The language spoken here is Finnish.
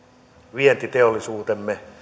vientiteollisuutemme